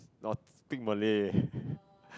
not thing Malay